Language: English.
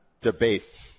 debased